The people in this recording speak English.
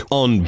on